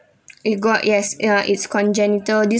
you got yes ya it's congenital